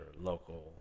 local